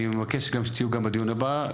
אני מבקש שתהיו גם בדיון הבא,